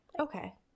Okay